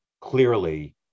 clearly